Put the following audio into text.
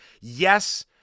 yes